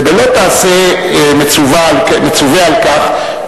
וב"לא תעשה" מצווה על כך,